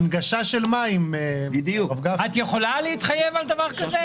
כתוספת על הצו.